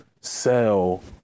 sell